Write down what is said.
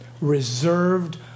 reserved